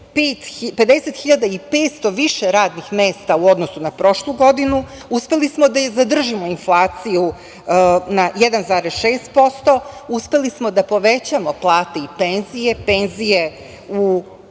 50.500 više radnih mesta u odnosu na prošlu godinu, uspeli smo da zadržimo inflaciju na 1,6%, uspeli smo da povećamo plate i penzije, penzije za